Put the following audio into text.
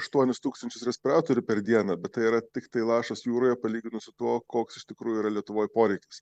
aštuonis tūkstančius respiratorių per dieną bet tai yra tiktai lašas jūroje palyginus su tuo koks iš tikrųjų yra lietuvoj poreikis